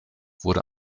wurde